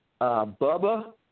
Bubba